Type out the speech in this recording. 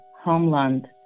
homeland